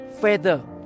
feather